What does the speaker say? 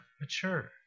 mature